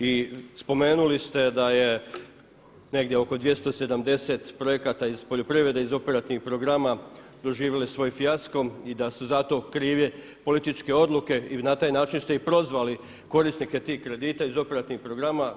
I spomenuli ste da je negdje oko 270 projekata iz poljoprivrede iz operativnih programa doživjelo svoj fijasko i da su zato krive političke odluke i na taj način ste i prozvali korisnike tih kredita iz operativnih programa.